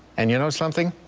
and you know something,